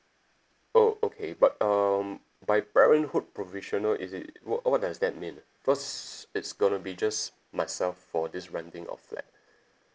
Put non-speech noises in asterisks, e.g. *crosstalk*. oh okay but um by parenthood provisional is it what what does that mean ah because it's going to be just myself for this renting of flat *breath*